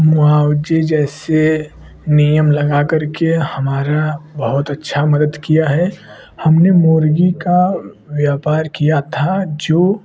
मुआवजे जैसे नियम लगा कर के हमारा बहुत अच्छा मदद किया है हमने मुर्गी का व्यापार किया था